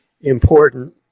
important